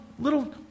little